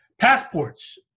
passports